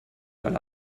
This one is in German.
alle